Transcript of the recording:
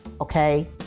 okay